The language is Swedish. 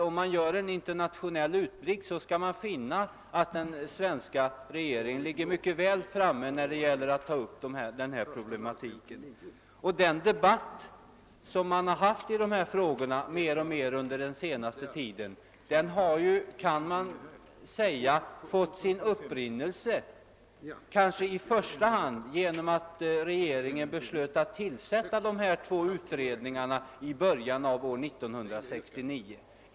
Om man gör en internationell utblick, finner man att den svenska regeringen ligger mycket väl framme när det gäller att ta upp denna problematik. Den debatt som mer och mer förts i dessa frågor under den senaste tiden fick sin upprinnelse kanske i första hand genom att regeringen beslöt att tillsätta de nämnda två utredningarna i början av år 1969.